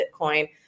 Bitcoin